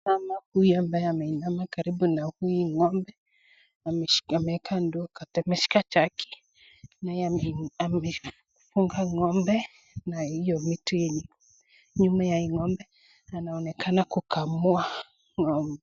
Mama huyu ambaye ameinama karibu na hii ng'ombe, ameweka ndoo, ameshika jagi amefunga ng'ombe na hiyo vitu nyuma ya hii ng'ombe, anaonekana kukamua ng'ombe.